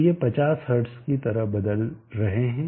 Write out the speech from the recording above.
तो ये 50 हर्ट्ज की तरह बदल रहे हैं